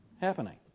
happening